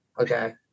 Okay